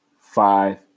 Five